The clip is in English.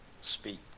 speak